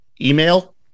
email